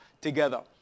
together